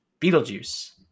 Beetlejuice